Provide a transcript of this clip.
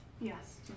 Yes